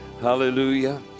Hallelujah